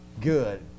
good